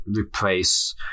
replace